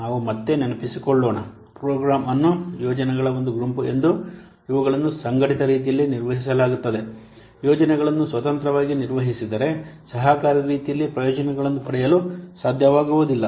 ನಾವು ಮತ್ತೆ ನೆನಪಿಸಿಕೊಳ್ಳೋಣ ಪ್ರೋಗ್ರಾಂ ಅನ್ನು ಯೋಜನೆಗಳ ಒಂದು ಗುಂಪು ಎಂದು ಇವುಗಳನ್ನು ಸಂಘಟಿತ ರೀತಿಯಲ್ಲಿ ನಿರ್ವಹಿಸಲಾಗುತ್ತದೆ ಯೋಜನೆಗಳನ್ನು ಸ್ವತಂತ್ರವಾಗಿ ನಿರ್ವಹಿಸಿದ್ದರೆ ಸಹಕಾರಿ ರೀತಿಯಲ್ಲಿ ಪ್ರಯೋಜನಗಳನ್ನು ಪಡೆಯಲು ಸಾಧ್ಯವಾಗುವುದಿಲ್ಲ